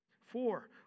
Four